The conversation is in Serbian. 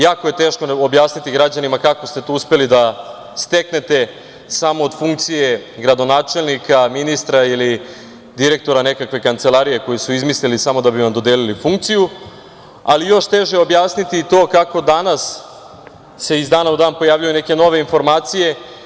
Jako je teško objasniti građanima kako ste to uspeli da steknete samo od funkcije gradonačelnika, ministra ili direktora neke kancelarije koju su izmislili samo da bi vam dodelili funkciju, ali još teže je objasniti to kako se danas iz dana u dan pojavljuju neke nove informacije.